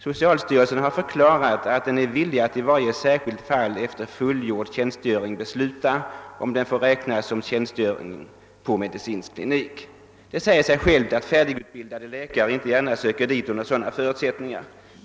Socialstyrelsen har förklarat att den är villig att i varje särskilt fall efter fullgjord tjänstgöring besluta om den får räknas såsom tjänstgöring på medicinsk klinik. Det säger sig självt att färdigutbildade läkare inte gärna söker dit under sådana förutsättningar.